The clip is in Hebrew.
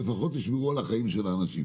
לפחות ישמרו על החיים של האנשים.